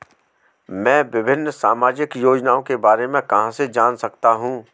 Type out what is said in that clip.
मैं विभिन्न सामाजिक योजनाओं के बारे में कहां से जान सकता हूं?